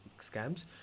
scams